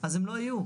אז הן לא יהיו.